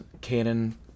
canon